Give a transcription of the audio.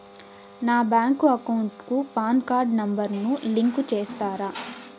నా bank account కు PAN card number ను లింకు సేస్తారా?